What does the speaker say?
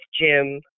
Jim